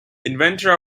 inventor